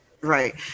right